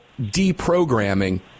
deprogramming